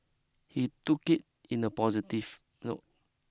he took it in a positive note